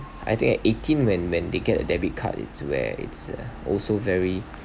I think at eighteen when when they get a debit card it's where it's also very